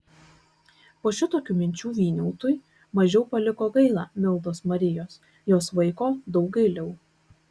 po šitokių minčių vyniautui mažiau paliko gaila mildos marijos jos vaiko daug gailiau